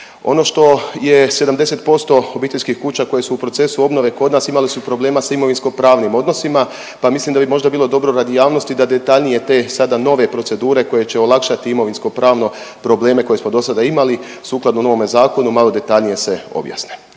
Ono što je 70% obiteljskih kuća u procesu obnove kod nas imali su problema sa imovinsko pravnim odnosima pa mislim da bi možda dobro radi javnosti da detaljnije te sada nove procedure koje će olakšati imovinsko pravno probleme koje smo dosada imali sukladno novome zakonu malo detaljnije se objasne.